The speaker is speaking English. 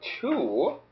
two